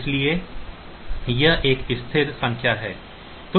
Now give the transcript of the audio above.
इसलिए यह एक स्थिर संख्या है